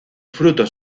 frutos